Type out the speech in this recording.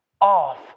off